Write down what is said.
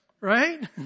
right